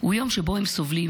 הוא יום שבו הם סובלים,